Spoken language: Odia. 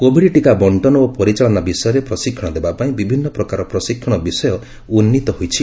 କୋଭିଡ୍ ଟିକା ବଣ୍ଟନଓ ପରିଚାଳନା ବିଷୟରେ ପ୍ରଶିକ୍ଷଣ ଦେବାପାଇଁ ବିଭିନ୍ନ ପ୍ରକାର ପ୍ରଶିକ୍ଷଣ ବିଷୟ ଉନ୍ନିତ ହୋଇଛି